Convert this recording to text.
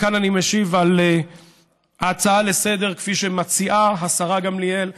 וכאן אני משיב על ההצעה לסדר-היום כפי שמציעה השרה גמליאל,